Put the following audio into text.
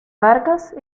vargas